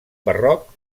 barroc